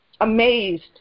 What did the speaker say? amazed